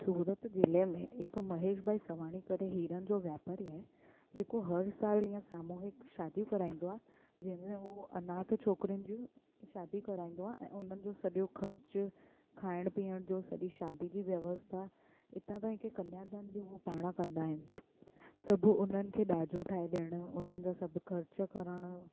सूरत ज़िले में हिकु महेश भाई सवाणी करे हीरनि जो वापारी आहे जेको हर साल ईअं सामूहिक शादियूं कराईंदो आहे जंहिंमें उहो अनाथ छोकिरियुनि जूं शादी कराईंदो आहे ऐं उन्हनि जो सॼो ख़र्चु खाइणु पीअण जो सॼी शादी जी व्यवस्था हितां ताईं की कन्यादान बि उहे पाण कंदा आहिनि सभु उन्हनि खे ॾाजो ठाहे ॾियणु उन्हनि जा सभु ख़र्चु करणु